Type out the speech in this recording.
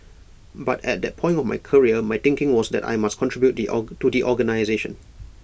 but at that point of my career my thinking was that I must contribute or to the organisation